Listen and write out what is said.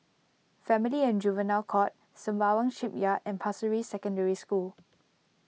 Family and Juvenile Court Sembawang Shipyard and Pasir Ris Secondary School